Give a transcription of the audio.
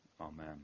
amen